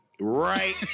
Right